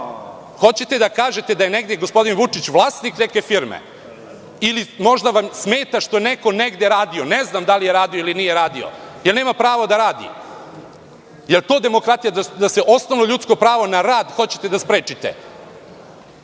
dinara. Hoćete da kažete da je negde gospodin Vučić vlasnik neke firme ili vam možda smeta što je neko negde radio? Ne znam da li je radio ili nije radio. Je li nema pravo da radi? Je li to demokratija, da osnovno ljudsko pravo na rad hoćete da sprečite?